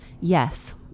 Yes